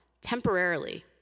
temporarily